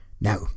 Now